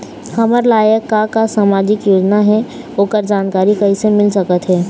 हमर लायक का का सामाजिक योजना हे, ओकर जानकारी कइसे मील सकत हे?